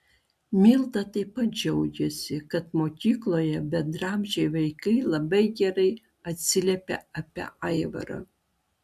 milda taip pat džiaugiasi kad mokykloje bendraamžiai vaikai labai gerai atsiliepia apie aivarą